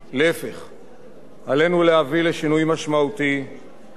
עלינו להביא לשינוי משמעותי באופן שיאפשר